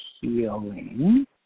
healing